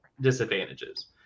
disadvantages